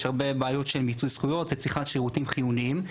יש הרבה בעיות של מיצוי זכויות וצריכת שירותים חיוניים.